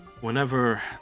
Whenever